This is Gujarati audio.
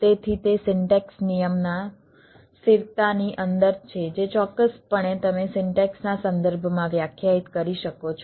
તેથી તે સિન્ટેક્સ નિયમના સ્થિરતાની અંદર છે જે ચોક્કસપણે તમે સિન્ટેક્સના સંદર્ભમાં વ્યાખ્યાયિત કરી શકો છો